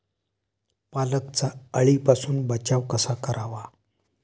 पालकचा अळीपासून बचाव कसा करावा?